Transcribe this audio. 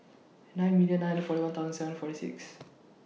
nine million nine hundred forty one thousand seven forty six